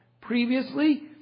Previously